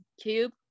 cube